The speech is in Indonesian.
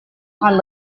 akan